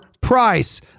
price